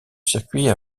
circuit